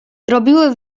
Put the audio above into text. robiły